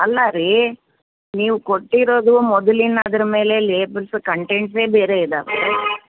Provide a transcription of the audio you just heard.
ಅಲ್ಲ ರೀ ನೀವು ಕೊಟ್ಟಿರೊದು ಮೊದ್ಲಿನದರ ಮೇಲೆ ಲೇಬಲ್ಸು ಕಂಟೆಂಟ್ಸೆ ಬೇರೆ ಇದ್ದಾವೆ